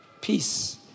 peace